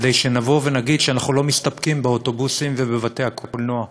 שנגיד שאנחנו לא מסתפקים באוטובוסים ובבתי-קולנוע,